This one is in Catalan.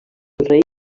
rei